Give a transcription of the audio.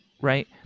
Right